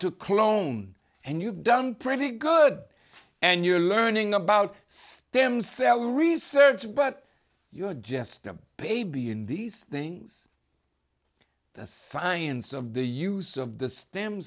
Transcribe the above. to clone and you've done pretty good and you're learning about stem cell research but you're just a baby in these things the science of the use of the stem